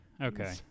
Okay